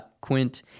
Quint